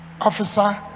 Officer